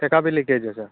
तेका बी लीकेज आसा